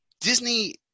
Disney